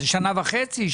זה שנה וחצי?